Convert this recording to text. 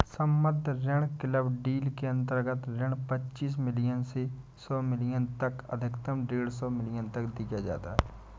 सम्बद्ध ऋण club deal के अंतर्गत ऋण पच्चीस मिलियन से सौ मिलियन तक अधिकतम डेढ़ सौ मिलियन तक दिया जाता है